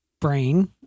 brain